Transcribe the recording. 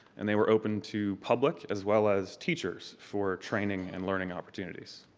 and they were open to public as well as teachers for training and learning opportunities.